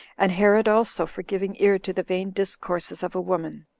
and herod also for giving ear to the vain discourses of a woman.